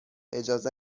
اجازه